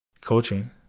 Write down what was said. coaching